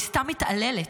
היא סתם מתעללת,